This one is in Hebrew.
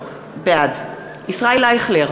בעד ישראל אייכלר,